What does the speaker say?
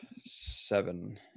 Seven